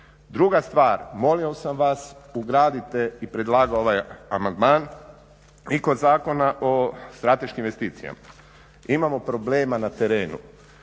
Druga stvar, molio sam vas ugradite i predlagao ovaj amandman i kod Zakona o strateškim investicijama. Imamo problema na terenu,